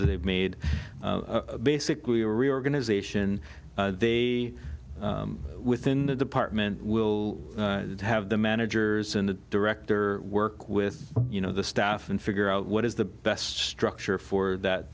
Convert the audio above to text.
that they've made basically a reorganization they within the department will have the managers and the director work with you know the staff and figure out what is the best structure for that